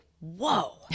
whoa